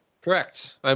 Correct